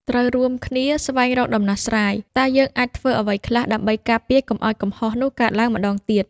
ត្រូវរួមគ្នា ស្វែងរកដំណោះស្រាយ។ តើយើងអាចធ្វើអ្វីខ្លះដើម្បីការពារកុំឲ្យកំហុសនោះកើតឡើងម្តងទៀត